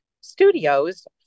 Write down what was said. studios